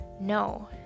No